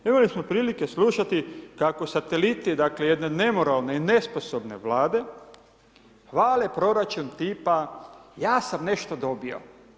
Imali smo prilike slušati kako sateliti dakle jedne nemoralne i nesposobne Vlade hvale proračun tipa ja sam nešto dobio.